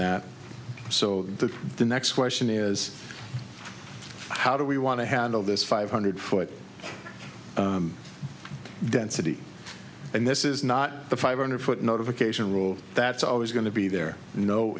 that so the next question is how do we want to handle this five hundred foot density and this is not the five hundred foot notification rule that's always going to be there no